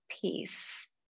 peace